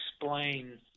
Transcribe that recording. explain